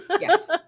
yes